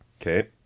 Okay